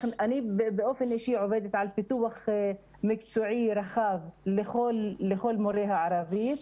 באופן אישי אני עובדת על פיתוח מקצועי רחב לכל מורי הערבית.